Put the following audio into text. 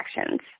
actions